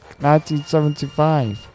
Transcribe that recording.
1975